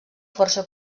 força